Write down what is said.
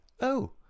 Oh